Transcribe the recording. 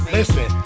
Listen